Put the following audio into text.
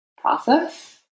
process